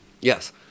Yes